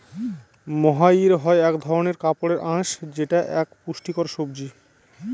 মহাইর হয় এক ধরনের কাপড়ের আঁশ যেটা এক পুষ্টিকর সবজি